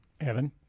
evan